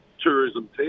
tourism